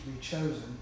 chosen